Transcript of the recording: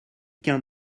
qu’un